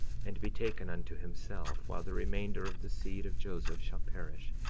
and be taken unto himself, while the remainder of the seed of joseph shall perish,